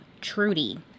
Trudy